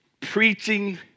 preaching